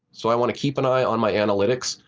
so i want to keep an eye on my analytics.